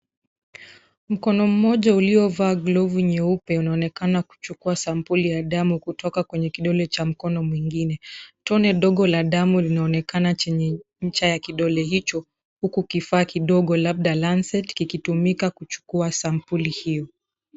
Mkono mmoja uliovaa glovu nyeupe unaonekana kuchukua sampuli ya damu kutoka kwenye kidole cha mkono mwingine. Tone ndogo la damu linaonekana kwenye ncha ya kidole hicho huku kifaa kidogo labda lancet kikitumika kuchukua sampuli hio.